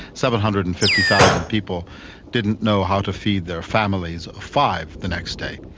seven hundred and fifty thousand people didn't know how to feed their families of five the next day.